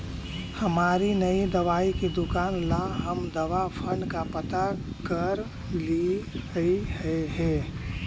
हमारी नई दवाई की दुकान ला हम दवा फण्ड का पता करलियई हे